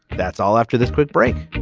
that's all after this quick break